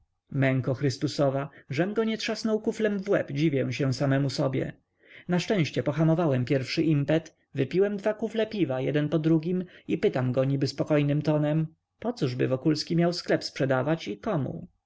męko chrystusowa żem go nie trzasnął kuflem w łeb dziwię się samemu sobie na szczęście pohamowałem pierwszy impet wypiłem dwa kufle piwa jeden po drugim i pytam go niby spokojnym głosem pocóżby wokulski miał sklep sprzedać i komu